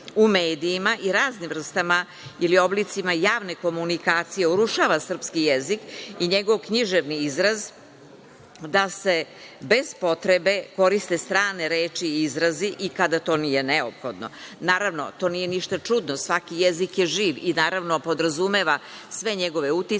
u medijima i raznim vrstama ili oblicima javne komunikacije urušava srpski jezik i njegov književni izraz da se bez potrebe koriste strane reči i izrazi i kada to nije neophodno. Naravno, to nije ništa čudno. Svaki jezik je živ i podrazumeva sve njegove uticaje